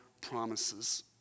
promises